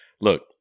Look